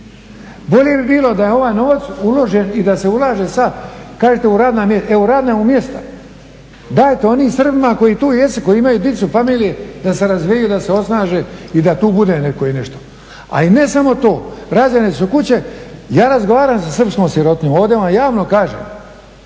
Bolje bi bilo da je ovaj novac uložen i da se ulaže sada, kažete u radna mjesta. Dajte onim Srbima koji tu jesu, koji imaju djecu, familiju, da se razvijaju, da se osnaže i da tu bude netko i nešto. A i ne samo to, rađene su kuće, ja razgovaram sa srpskom sirotinjom, ovdje vam javno kažem,